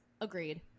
Agreed